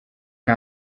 nta